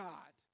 God